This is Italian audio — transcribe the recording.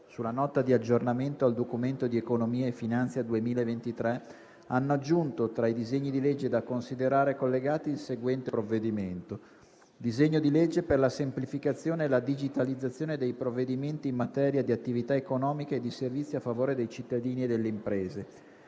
sulla Nota di aggiornamento al Documento di economia e finanza 2023 hanno aggiunto, tra i disegni di legge da considerare collegati, il seguente provvedimento «Disegno di legge per la semplificazione e la digitalizzazione dei provvedimenti in materia di attività economiche e di servizi a favore dei cittadini e delle imprese».